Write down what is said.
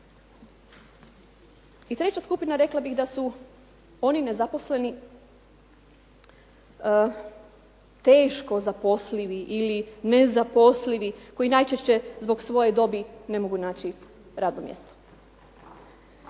I treća skupina rekla bih da su oni nezaposleni, teško zaposlivi ili nezaposlivi koji najčešće zbog svoje dobi ne mogu naći radno mjesto.